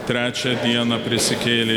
trečią dieną prisikėlė